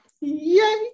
Yay